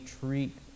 treat